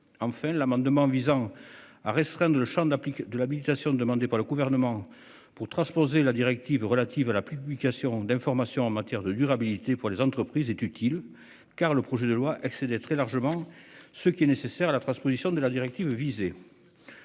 Enfin l'amendement visant à restreindre le Champ d'appliquer de l'. Demandée par le gouvernement pour transposer la directive relative à la publication d'informations en matière de durabilité pour les entreprises est utile car le projet de loi très largement ce qui est nécessaire à la transposition de la directive visés.